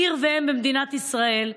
עיר ואם במדינת ישראל,